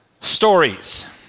Stories